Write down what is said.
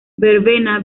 verbena